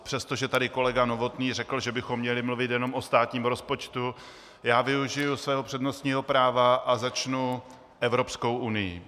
Přestože tady kolega Novotný řekl, že bychom měli mluvit jenom o státním rozpočtu, využiji svého přednostního práva a začnu Evropskou unií.